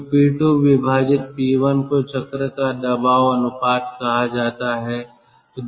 तो P2P1 को चक्र का दबाव अनुपात कहा जाता है